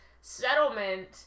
settlement